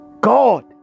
God